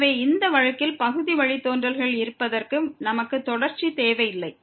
எனவே இந்த வழக்கில் பகுதி வழித்தோன்றல்கள் இருப்பதற்கு நமக்கு தொடர்ச்சி தேவையில்லை